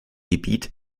gebiet